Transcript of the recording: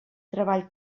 treball